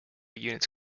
units